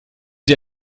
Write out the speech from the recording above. sie